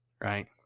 right